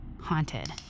haunted